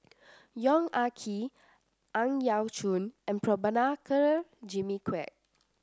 Yong Ah Kee Ang Yau Choon and Prabhakara Jimmy Quek